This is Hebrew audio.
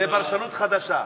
זו פרשנות חדשה.